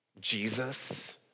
Jesus